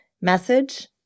message